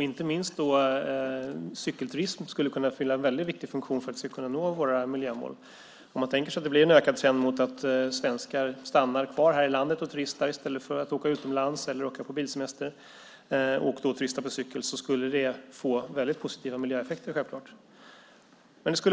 Inte minst skulle cykelturism kunna fylla en väldigt viktig funktion när det gäller möjligheterna att nå våra miljömål. Om det skulle bli en ökad trend att svenskar stannar kvar i landet och turistar här - i stället för att åka utomlands eller åka på bilsemester - och då turistar på cykel skulle det självklart få väldigt positiva miljöeffekter.